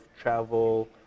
travel